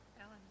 Ellen